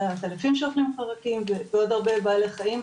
את העטלפים שאוכלים חרקים ועוד הרבה בעלי חיים.